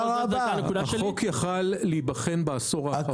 החוק יכול היה להיבחן בעשור האחרון.